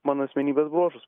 mano asmenybės bruožus